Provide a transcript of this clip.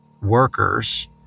workers